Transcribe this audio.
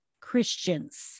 Christians